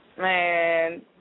man